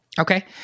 Okay